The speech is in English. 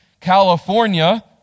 California